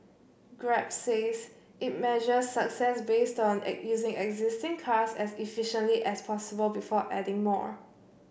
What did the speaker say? Grab says it measures success based on using existing cars as efficiently as possible before adding more